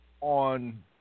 on